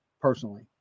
personally